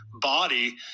body